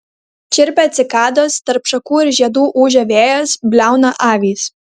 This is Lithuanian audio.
čirpia cikados tarp šakų ir žiedų ūžia vėjas bliauna avys